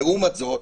לעומת זאת,